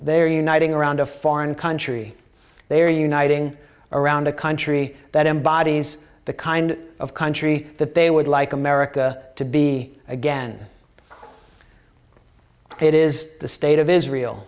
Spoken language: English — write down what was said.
their uniting around a foreign country they are uniting around a country that embodies the kind of country that they would like america to be again it is the state of israel